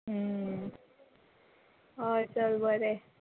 हय चल बरें